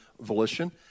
volition